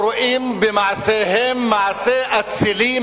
אויבים, חבורה של אויבים.